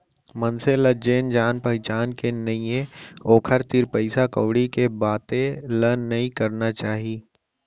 मनसे ल जेन जान पहिचान के नइये ओकर तीर पइसा कउड़ी के बाते ल नइ करना चाही